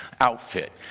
outfit